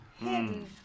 Hidden